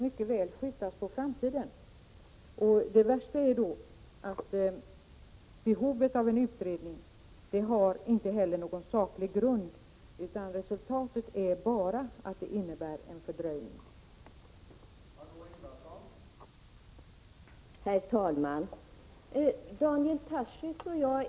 Men man skriver också att staten måste vara beredd att svara för att den begränsade grupp det gäller här verkligen kan erbjudas en fungerande gymnasieskolgång.